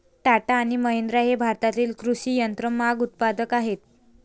टाटा आणि महिंद्रा हे भारतातील कृषी यंत्रमाग उत्पादक आहेत